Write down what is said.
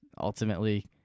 ultimately